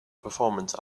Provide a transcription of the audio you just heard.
performance